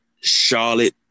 Charlotte